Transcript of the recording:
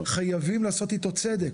חייבים לעשות איתו צדק,